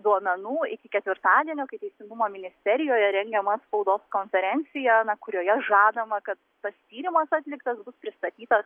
duomenų iki ketvirtadienio kai teisingumo ministerijoje rengiama spaudos konferencija na kurioje žadama kad tas tyrimas atliktas bus pristatytas